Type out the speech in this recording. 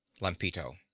Lampito